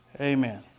Amen